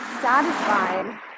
satisfied